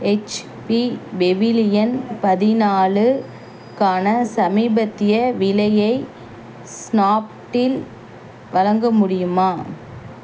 HP Pavilion பதினாலுக்கான சமீபத்திய விலையை ஸ்னாப்டீல் வழங்க முடியுமா